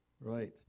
Right